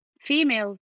female